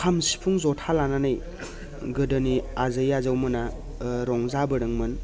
खाम सिफुं जथा लानानै गोदोनि आजै आजौमोना ओ रंजाबोदोंमोन